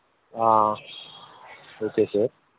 okay sir